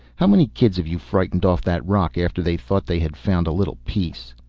how many kids have you frightened off that rock after they thought they had found a little peace!